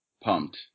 pumped